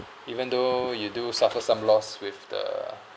even though you do suffer some loss with the